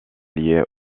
liée